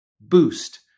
boost